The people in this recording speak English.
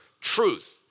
truth